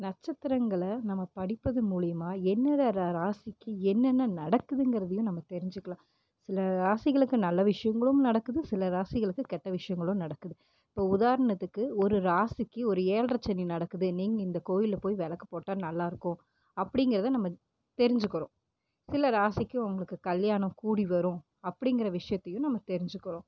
நட்சத்திரங்கள நம்ம படிப்பதன் மூலியமா என்னத ரா ராசிக்கு என்னென்ன நடக்குதுங்கிறதையும் நம்ம தெரிஞ்சிக்கலாம் சில ராசிகளுக்கு நல்ல விஷயங்களும் நடக்குது சில ராசிகளுக்கு கெட்ட விஷயங்களும் நடக்குது இப்போ உதாரணத்துக்கு ஒரு ராசிக்கு ஒரு ஏழர சனி நடக்குது நீங்கள் இந்த கோவில்ல போய் விளக்கு போட்டால் நல்லா இருக்கும் அப்படிங்கறத நம்ம தெரிஞ்சிக்கறோம் சில ராசிக்கு உங்களுக்கு கல்யாணம் கூடி வரும் அப்படிங்கற விஷயத்தியும் நம்ம தெரிஞ்சிக்கிறோம்